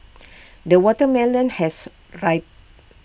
the watermelon has Rai